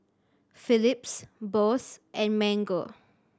Phillips Bose and Mango